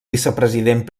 vicepresident